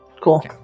Cool